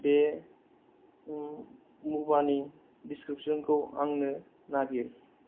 बे मुवानि डिसक्रिपसनखौ आंनो नागिर